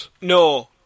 No